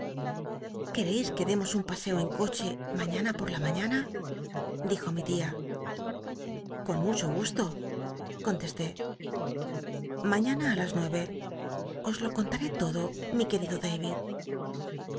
quereis que demos un paseo en coche mañana por la maliana dijo mi ti t con mucho gu to contesté lañana i las nueve os lo contaré lodo mi queido da